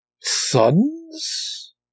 sons